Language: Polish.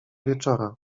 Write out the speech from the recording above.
wieczora